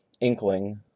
Inkling